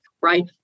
right